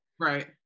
right